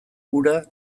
ura